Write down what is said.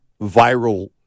viral